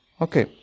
Okay